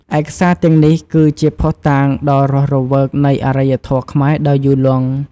ឯកសារទាំងនេះគឺជាភស្តុតាងដ៏រស់រវើកនៃអរិយធម៌ខ្មែរដ៏យូរលង់។